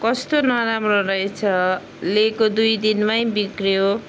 कस्तो नराम्रो रहेछ लिएको दुई दिनमै बिग्रियो